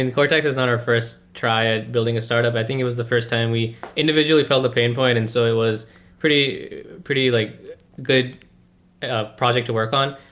and cortex is on our first triad building a startup. i think it was the first time we individually felt the pain point. and so it was pretty pretty like good ah project to work on.